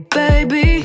baby